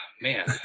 man